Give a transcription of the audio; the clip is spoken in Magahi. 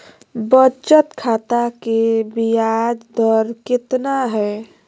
बचत खाता के बियाज दर कितना है?